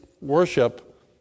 worship